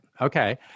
Okay